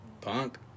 Punk